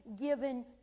given